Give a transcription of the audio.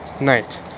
night